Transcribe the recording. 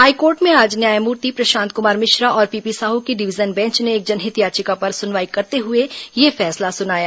high court में आज न्यायमूर्ति प्रशांत कुमार मिश्रा और पीपी साहू की डिवीजन बेंच ने एक जनहित याचिका पर सुनवाई करते हुए यह फैसला सुनाया